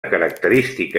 característica